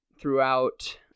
throughout